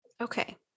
okay